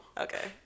okay